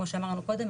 כמו שאמרנו מקודם,